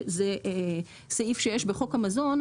זה סעיף שיש בחוק המזון,